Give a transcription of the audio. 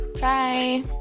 Bye